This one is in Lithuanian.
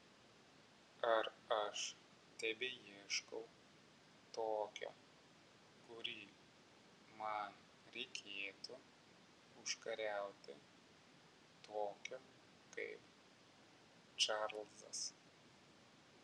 ar aš tebeieškau tokio kurį man reikėtų užkariauti tokio kaip čarlzas